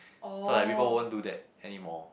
so like people won't do that anymore